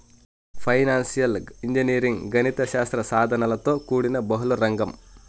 financial engineering గణిత శాస్త్ర సాధనలతో కూడిన బహుళ రంగం